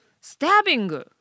Stabbing